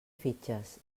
fitxes